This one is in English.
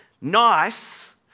Nice